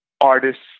artists